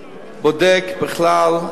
בכלל,